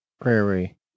Prairie